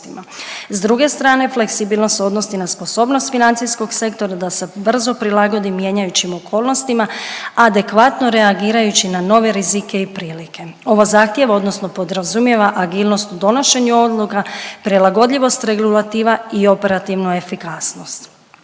S druge strane fleksibilnost se odnosi na sposobnost financijskog sektora da se brzo prilagodi mijenjajućim okolnostima adekvatno reagirajući na nove rizike i prilike. Ovo zahtjeva odnosno podrazumijeva agilnost u donošenju odluka, prilagodljivost regulativa i operativnu efikasnost.